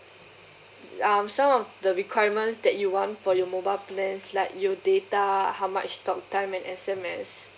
um some of the requirements that you want for your mobile plans like you data how much talk time and S_M_S